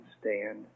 stand